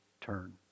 turn